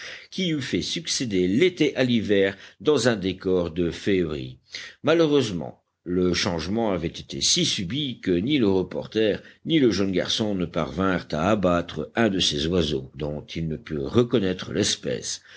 qui eût fait succéder l'été à l'hiver dans un décor de féerie malheureusement le changement avait été si subit que ni le reporter ni le jeune garçon ne parvinrent à abattre un de ces oiseaux dont ils ne purent reconnaître l'espèce